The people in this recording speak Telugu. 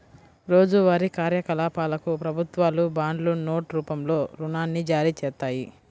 రోజువారీ కార్యకలాపాలకు ప్రభుత్వాలు బాండ్లు, నోట్ రూపంలో రుణాన్ని జారీచేత్తాయి